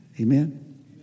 Amen